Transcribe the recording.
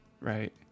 right